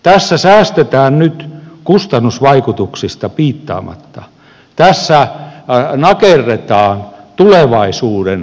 tässä säästetään nyt kustannusvaikutuksista piittaamatta tässä nakerretaan tulevaisuuden pohjaa